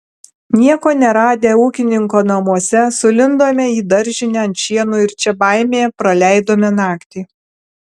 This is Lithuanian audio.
nieko neradę ūkininko namuose sulindome į daržinę ant šieno ir čia baimėje praleidome naktį